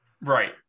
Right